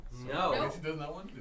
No